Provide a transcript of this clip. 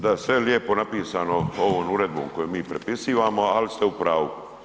Da, sve je lijepo napisano ovom uredom koju mi prepisivamo, ali ste u pravu.